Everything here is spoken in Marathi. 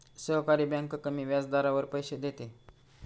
सहकारी बँक कमी व्याजदरावर पैसे देते